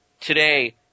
Today